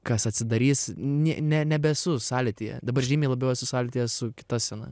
kas atsidarys ne nebesu sąlytyje dabar žymiai labiau esu sąlytyje su kita scena